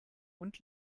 und